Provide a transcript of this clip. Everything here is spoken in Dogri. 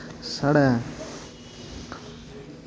साढ़ै